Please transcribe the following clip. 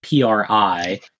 PRI